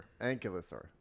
Ankylosaur